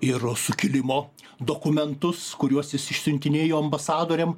ir sukilimo dokumentus kuriuos jis išsiuntinėjo ambasadoriam